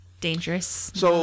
dangerous